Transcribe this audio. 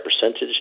percentage